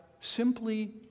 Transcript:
simply